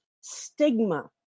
stigma